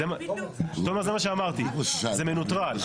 תומר, זה מה שאמרתי, זה מנוטרל.